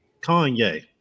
Kanye